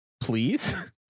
please